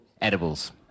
Edibles